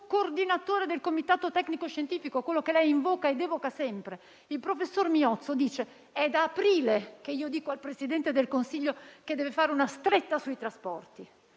coordinatore del comitato tecnico-scientifico, quello che lei invoca ed evoca sempre, il professor Miozzo, il quale ha dichiarato che è da aprile che dice al Presidente del Consiglio che deve fare una stretta sui trasporti.